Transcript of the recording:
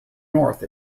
north